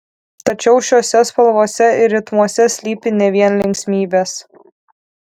tačiau šiose spalvose ir ritmuose slypi ne vien linksmybės